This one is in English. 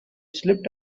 slipped